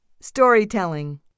Storytelling